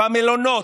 במלונות,